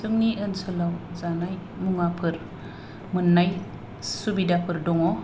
जोंनि ओसोलाव जानाय मुवाफोर मोननाय सुबिदाफोर दङ